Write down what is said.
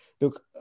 look